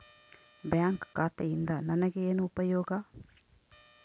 Bank ಖಾತೆಯಿಂದ ನನಗೆ ಏನು ಉಪಯೋಗ?